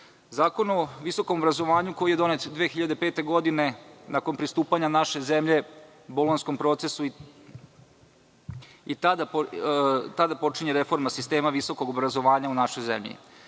jasan. Zakon o visokom obrazovanju, koji je donet 2005. godine, nakon pristupanja naše zemlje Bolonjskom procesu, počinje reforma sistema visokog obrazovanja u našoj zemlji.